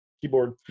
keyboard